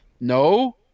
no